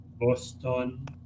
Boston